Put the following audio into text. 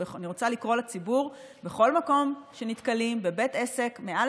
ואני רוצה לקרוא לציבור: בכל מקום שנתקלים בבית עסק מעל